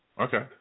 okay